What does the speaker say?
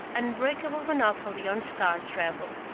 unbreakable monopoly on star travel.